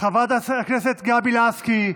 חברת הכנסת גבי לסקי,